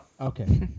Okay